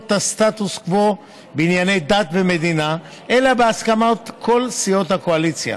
את הסטטוס קוו בענייני דת ומדינה אלא בהסכמת כל סיעות הקואליציה.